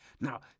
Now